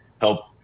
help